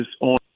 on